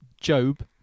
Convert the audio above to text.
Job